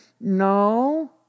no